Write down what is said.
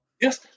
Yes